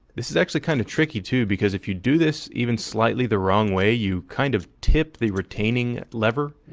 this is actually kind of tricky too, because if you do this even slightly the wrong way you kind of tip the retaining lever,